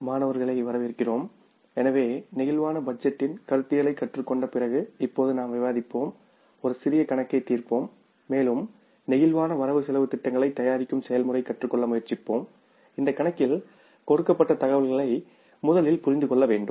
மாணவர்களை வரவேற்கிறோம் எனவே பிளேக்சிபிள் பட்ஜெட் டின் கருத்தியலைக் கற்றுக்கொண்ட பிறகு இப்போது நாம் விவாதிப்போம் ஒரு சிறிய கணக்கையை தீர்ப்போம் மேலும் நெகிழ்வான வரவு செலவுத் திட்டங்களைத் தயாரிக்கும் செயல்முறையைக் கற்றுக்கொள்ள முயற்சிப்போம் இந்த கணக்கில் கொடுக்கப்பட்ட தகவல்களை முதலில் புரிந்து கொள்ள வேண்டும்